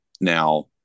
Now